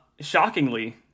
shockingly